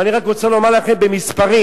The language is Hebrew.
ואני רק רוצה לומר לכם במספרים.